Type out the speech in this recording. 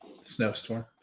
Snowstorm